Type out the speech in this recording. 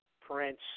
Prince